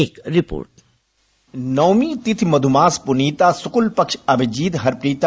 एक रिपोर्ट नौमी तिथि मधुमास पुनीता सुकल पच्छ अभिजित हरिप्रीता